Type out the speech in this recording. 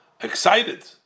excited